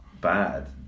bad